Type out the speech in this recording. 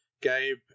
Gabe